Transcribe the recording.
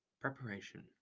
Preparation